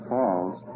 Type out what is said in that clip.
Falls